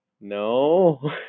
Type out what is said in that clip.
no